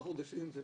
שלושה חודשים זו